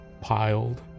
piled